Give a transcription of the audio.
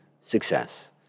success